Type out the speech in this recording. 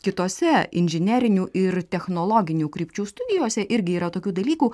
kitose inžinerinių ir technologinių krypčių studijose irgi yra tokių dalykų